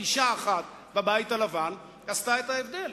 פגישה אחת בבית הלבן עשתה את ההבדל.